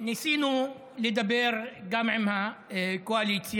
ניסינו לדבר גם עם הקואליציה,